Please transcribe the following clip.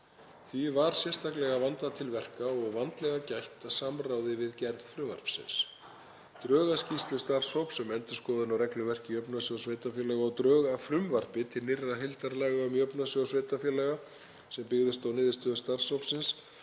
Því var sérstaklega vandað til verka og vandlega gætt að samráði við gerð frumvarpsins. Drög að skýrslu starfshóps um endurskoðun á regluverki Jöfnunarsjóðs sveitarfélaga og drög að frumvarpi til nýrra heildarlaga um Jöfnunarsjóð sveitarfélaga, sem byggðust á niðurstöðum starfshópsins,